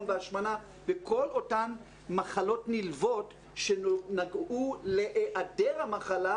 והשמנה וכל אותן מחלות נלוות שנגעו להיעדר המחלה,